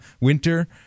winter